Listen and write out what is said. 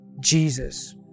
Jesus